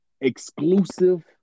exclusive